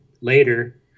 Later